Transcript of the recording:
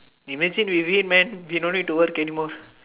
imagine we win man we don't need to work any mores